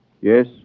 Yes